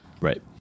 Right